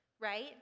right